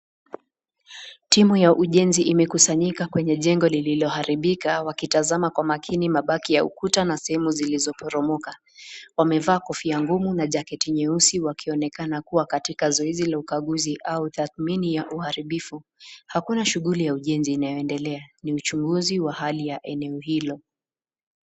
Timu ya ujenzi imekusanyika kwenye jengo lililoharibika wakitazama kwa makini mabaki ya ukuta na sehemu zilizoporomoka. Wamevaa kofia ngumu na jaketi nyeusi wakionekana kuwa katika zoezi la ukaguzi au tathmini ya uharibifu. Hakuna shughuli ya ujenzi inayoendelea. Ni uchunguzi wa hali ya eneo hilo.